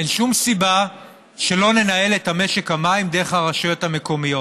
אין שום סיבה שלא ננהל את משק המים דרך הרשויות המקומיות,